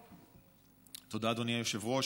תודה, אדוני היושב-ראש.